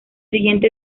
siguiente